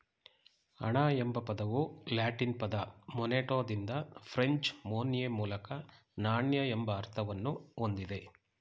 ಹಣ ಎಂಬ ಪದವು ಲ್ಯಾಟಿನ್ ಪದ ಮೊನೆಟಾದಿಂದ ಫ್ರೆಂಚ್ ಮೊನ್ಯೆ ಮೂಲಕ ನಾಣ್ಯ ಎಂಬ ಅರ್ಥವನ್ನ ಹೊಂದಿದೆ